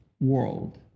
world